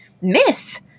miss